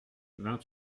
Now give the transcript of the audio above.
vingt